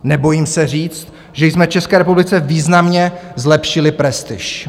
Nebojím se říct, že jsme České republice významně zlepšili prestiž.